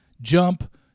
jump